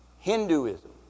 hinduism